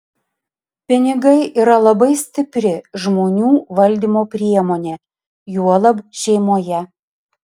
pinigai yra labai stipri žmonių valdymo priemonė juolab šeimoje